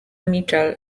mitchell